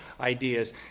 ideas